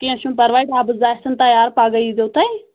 کینٛہہ چھُنہٕ پَرواے ڈَبہٕ زٕ آسَن تیار پَگاہ ییٖزیو تُہۍ